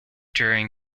during